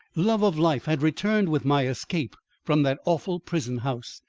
love of life had returned with my escape from that awful prison-house,